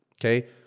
okay